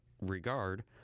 regard